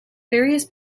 various